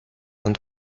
and